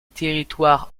territoire